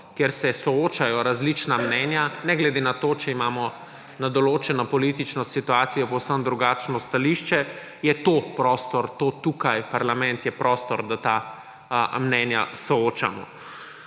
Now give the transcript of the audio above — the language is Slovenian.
kjer se soočajo različna mnenja. Ne glede na to, če imamo na določeno politično situacijo povsem drugačno stališče, je to prostor − to tukaj, parlament je prostor −, da ta mnenja soočamo.